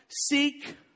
seek